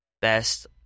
best